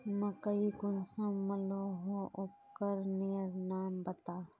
मकई कुंसम मलोहो उपकरनेर नाम बता?